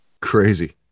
Crazy